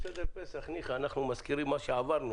בסדר פסח, ניחא, אנחנו מזכירים מה שעברנו.